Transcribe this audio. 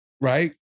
right